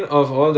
mm